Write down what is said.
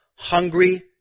Hungry